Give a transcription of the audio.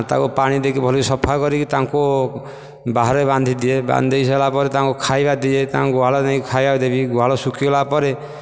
ତାକୁ ପାଣି ଦେଇକି ସବୁ ସଫା କରିକି ତାଙ୍କୁ ବାହାରେ ବାନ୍ଧି ଦିଏ ବାନ୍ଧି ସରିଲା ପରେ ତାଙ୍କୁ ଖାଇବା ଦିଏ ତାଙ୍କୁ ଗୁହାଳେ ନେଇକି ଖାଇବାକୁ ଦେବି ଗୁହାଳ ଶୁଖିଗଲା ପରେ